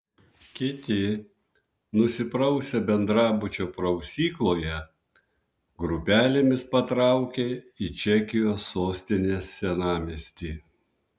kiti nusiprausę bendrabučio prausykloje grupelėmis patraukė į čekijos sostinės senamiestį